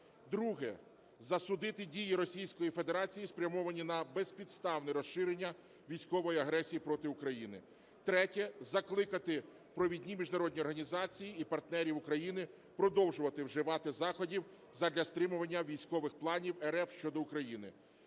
Друге. Засудити дії Російської Федерації, спрямовані на безпідставне розширення військової агресії проти України. Третє. Закликати провідні міжнародні організації і партнерів України продовжувати вживати заходів задля стримування військових планів РФ щодо України.